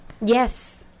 Yes